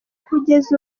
kugeza